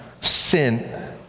sin